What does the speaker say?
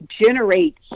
generate